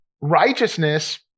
Righteousness